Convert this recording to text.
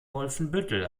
wolfenbüttel